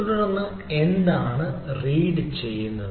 അതിനാൽ ഇത് എന്താണ് റീഡ് ചെയ്യുന്നത്